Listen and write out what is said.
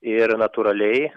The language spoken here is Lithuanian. ir natūraliai